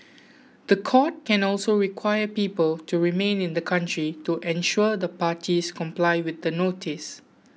the court can also require people to remain in the country to ensure the parties comply with the notice